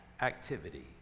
activity